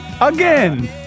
Again